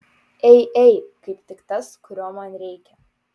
ei ei kaip tik tas kurio man reikia